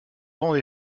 grande